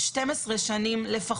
לפחות 12 שנים,